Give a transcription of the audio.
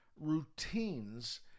Routines